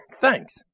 Thanks